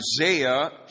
Isaiah